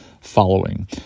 following